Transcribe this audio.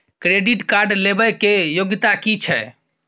Credit card लेबै के योग्यता कि छै?